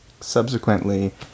subsequently